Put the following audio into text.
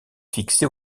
fixée